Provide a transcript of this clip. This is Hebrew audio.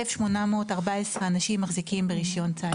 1,814 אנשים מחזיקים בנשק לרישיון ציד.